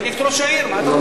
עם ראש העיר?